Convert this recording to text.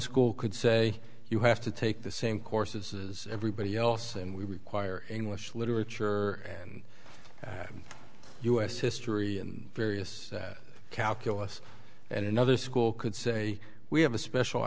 school could say you have to take the same courses as everybody else and we require english literature and u s history and various calculus and another school could say we have a special